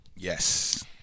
Yes